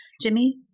Jimmy